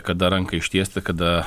kada ranką ištiesti kada